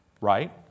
right